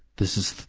this is,